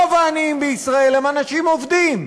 רוב העניים בישראל הם אנשים עובדים.